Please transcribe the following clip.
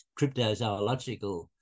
cryptozoological